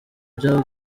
bya